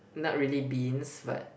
not really beans but